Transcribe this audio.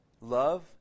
Love